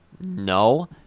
No